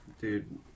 Dude